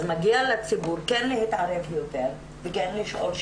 אז מגיע לציבור כן להתערב יותר וכן לשאול יותר